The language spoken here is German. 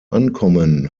ankommen